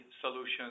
Solutions